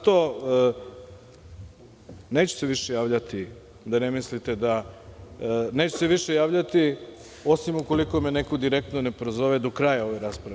Zato, neću se više javljati da ne mislite da, neću se više javljati osim ukoliko me neko direktno ne prozove do kraja ove rasprave.